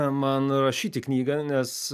man rašyti knygą nes